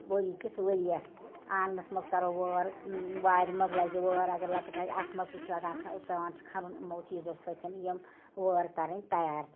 ؤری کِس ؤرِیَس آنٛگنَس منٛز کَرَو وٲر وارِ منٛز لَگہِ وٲر اگر لۄکٕٹ آسہِ اَتھ منٛز تہِ چھِ لَگان پٮ۪وان چھِ کھنُن اِمَو چیٖزَو سۭتۍ یِم وٲر کَرٕنۍ تیار